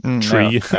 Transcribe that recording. tree